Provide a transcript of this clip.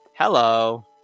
Hello